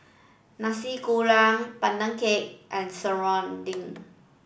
Nasi Kuning Pandan Cake and Serunding